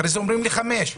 אחר כך אומרים לי חמש שנים.